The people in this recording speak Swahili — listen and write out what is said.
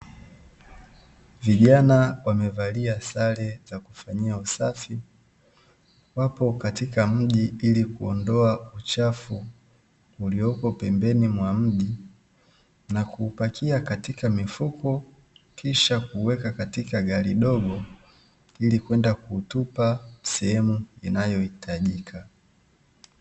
Vijana wamevalia sare zakufanyia usafi, wapo katika mji ili kuondoa uchafu uliopo pembeni mwa mji na kupakia katika mifuko, kisha kuweka katika gari dogo ili kwenda kutupa sehemu inayohitajika.